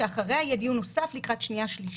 שאחריה יהיה דיון נוסף בהכנה לקריאה השנייה והשלישית.